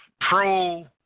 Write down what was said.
pro